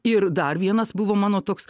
ir dar vienas buvo mano toks